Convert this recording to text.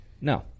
no